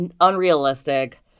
unrealistic